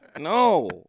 No